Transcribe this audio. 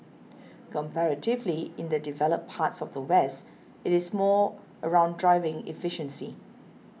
comparatively in the developed parts of the West it is more around driving efficiency